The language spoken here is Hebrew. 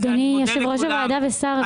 אדוני יושב ראש הוועדה ושר הרווחה,